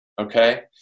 okay